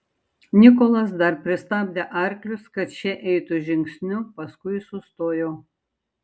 nikolas dar pristabdė arklius kad šie eitų žingsniu paskui sustojo